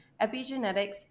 epigenetics